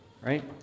right